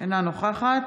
אינה נוכחת